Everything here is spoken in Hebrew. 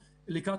כמובן,